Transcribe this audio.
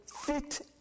fit